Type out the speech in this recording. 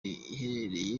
iherereye